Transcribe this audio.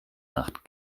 nacht